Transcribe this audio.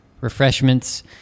refreshments